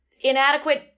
inadequate